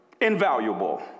invaluable